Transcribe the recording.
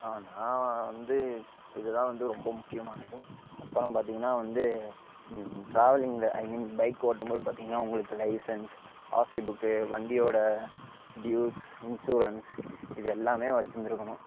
நான் வந்து இதுதான் வந்து ரொம்ப முக்கியமானது அப்புறம் பார்த்திங்கன்னா வந்து ட்ராவலிங்கில் ஐ மீன் பைக் ஓட்டும்போது பார்த்திங்கன்னா உங்களுக்கு லைசென்ஸ் ஆர்சி புக்கு வண்டியோட ட்யூட்ஸ் இன்சூரன்ஸ் இது எல்லாமே வெச்சி இருந்திருக்கணும்